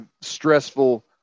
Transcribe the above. stressful